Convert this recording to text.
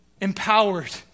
empowered